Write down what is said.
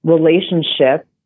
relationship